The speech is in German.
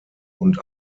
und